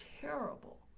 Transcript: terrible